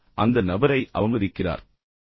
பின்னர் அந்த நபரை அவமதிக்க முயற்சிக்கிறார்